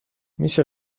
میشه